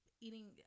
eating